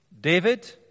David